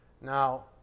Now